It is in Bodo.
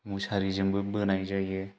मुसारिजोंबो बोनाय जायो